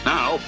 Now